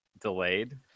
delayed